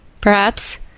Perhaps